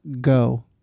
Go